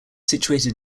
situated